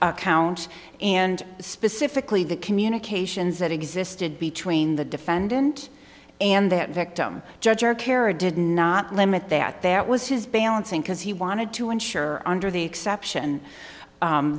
account and specifically the communications that existed between the defendant and that victim judge or kara did not limit that that was his balancing because he wanted to ensure under the